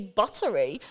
buttery